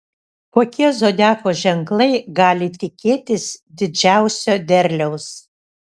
kokie zodiako ženklai gali tikėtis didžiausio derliaus